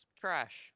Trash